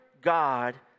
God